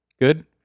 good